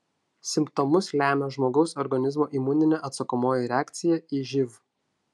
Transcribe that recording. simptomus lemia žmogaus organizmo imuninė atsakomoji reakcija į živ